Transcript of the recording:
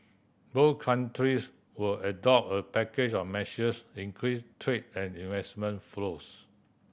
both countries will adopt a package of measures increase trade and investment flows